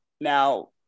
Now